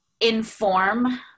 inform